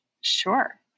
Sure